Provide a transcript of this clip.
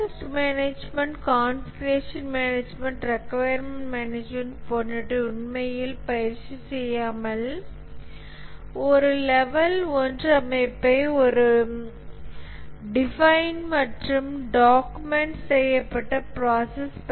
project management configuration management requirement management போன்றவற்றை உண்மையில் பயிற்சி செய்யாமல் ஒரு லெவல் 1 அமைப்பை ஒரு டிஃபயின்ட் மற்றும் டாக்குமெண்ட் செய்யப்பட்ட பிராசஸ்